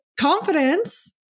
confidence